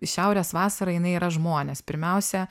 šiaurės vasara jinai yra žmonės pirmiausia